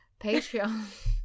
Patreon